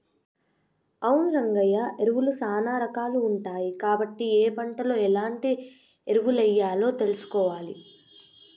అవును రంగయ్య ఎరువులు సానా రాకాలు ఉంటాయి కాబట్టి ఏ పంటలో ఎలాంటి ఎరువులెయ్యాలో తెలుసుకోవాలి